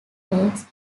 makes